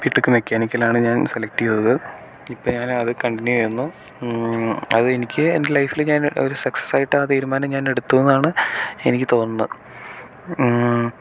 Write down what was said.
BTech മെക്കാനിക്കലാണ് ഞാൻ select ചെയ്തത് ഇപ്പം ഞാനത് കണ്ടിന്യൂ ചെയ്യുന്നു അത് എനിക്ക് എൻ്റെ ലൈഫിൽ ഞാൻ ഒരു സക്സസ്സായിട്ട് ആ തീരുമാനം ഞാൻ എടുത്തുവെന്നാണ് എനിക്ക് തോന്നുന്നത്